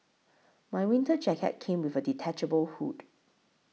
my winter jacket came with a detachable hood